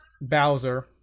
Bowser